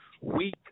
weak